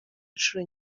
inshuro